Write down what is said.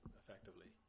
effectively